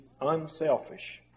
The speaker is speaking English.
unselfish